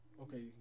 okay